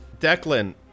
Declan